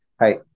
hi